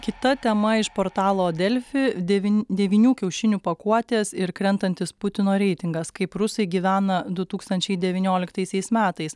kita tema iš portalo delfi devyn devynių kiaušinių pakuotės ir krentantis putino reitingas kaip rusai gyvena du tūkstančiai devynioliktaisiais metais